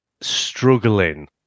struggling